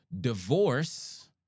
Divorce